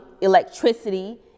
electricity